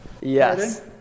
Yes